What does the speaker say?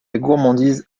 gourmandise